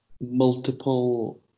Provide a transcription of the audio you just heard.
multiple